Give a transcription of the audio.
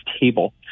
table